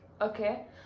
okay